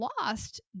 lost